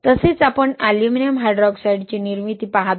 तसेच आपण एल्युमिनियम हायड्रॉक्साईडची निर्मिती पाहतो